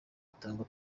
itangwa